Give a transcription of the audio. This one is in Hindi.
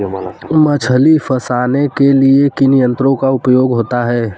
मछली फंसाने के लिए किन यंत्रों का उपयोग होता है?